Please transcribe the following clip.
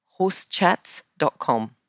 Horsechats.com